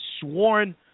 sworn